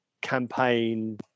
campaign